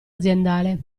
aziendale